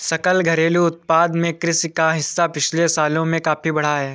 सकल घरेलू उत्पाद में कृषि का हिस्सा पिछले सालों में काफी बढ़ा है